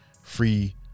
free